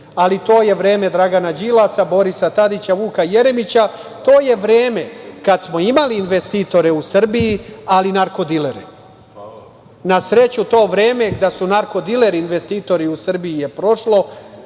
Ali to je vreme Dragana Đilasa, Borisa Tadića, Vuka Jeremića, to je vreme kada smo imali investitore u Srbiji, ali narko-dilere. Na sreću, to vreme da su narko-dileri investitori u Srbiji je prošlo.